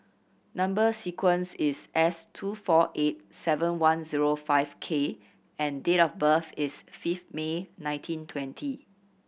number sequence is S two four eight seven one zero five K and date of birth is fifth May nineteen twenty